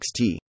Xt